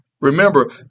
remember